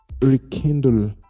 rekindle